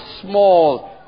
small